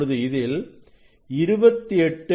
இப்பொழுது இதில் 28